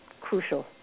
crucial